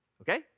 okay